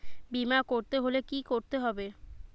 বিমা করতে হলে কি করতে হবে?